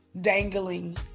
dangling